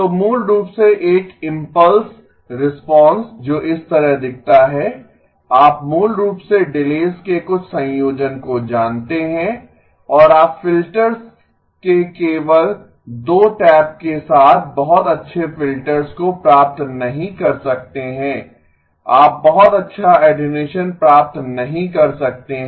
तो मूल रूप से एक इम्पल्स रिस्पांस जो इस तरह दिखता है आप मूल रूप से डिलेस के कुछ संयोजन को जानते हैं और आप फिल्टर के केवल 2 टैप के साथ बहुत अच्छे फिल्टर्स को प्राप्त नहीं कर सकते हैं आप बहुत अच्छा ऐटीनूऐसन प्राप्त नहीं कर सकते है